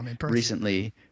recently